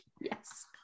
yes